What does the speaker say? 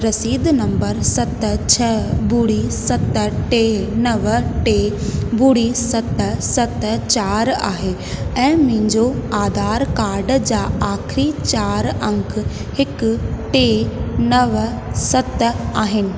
रसीद नंबर सत छ बुड़ी सत टे नव टे बुड़ी सत सत चारि आहे ऐं मुहिंजो आधार कार्ड जा आखिरीं चारि अंक हिकु टे नव सत आहिनि